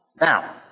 Now